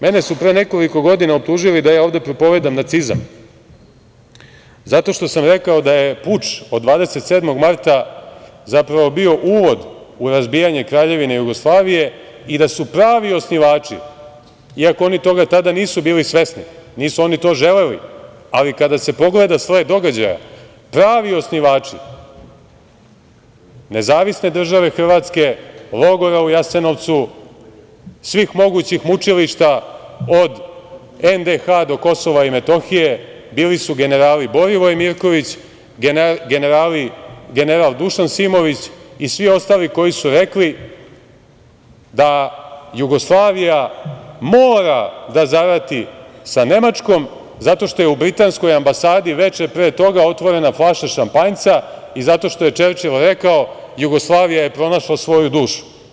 Mene su pre nekoliko godina optužili da ja ovde propovedam nacionalizam zato što sam rekao da je puč od 27. marta zapravo bio uvod u razbijanje Kraljevine Jugoslavije i da su pravi osnivači, iako oni toga tada nisu bili svesni, nisu to želeli, ali kada se pogleda slet događaja, pravi osnivači NDH, logora u Jasenovcu, svih mogućih mičilišta od NDH do KiM bili su generali Borivoje Mirković, Dušan Simović i svi ostali koji su rekli da Jugoslavija mora da zarati sa Nemačkom, zato što je u britanskoj ambasadi veče pre toga otvorena flaša šampanjca i zato što je Čerčil rekao – Jugoslavija je pronašla svoju dušu.